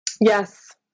Yes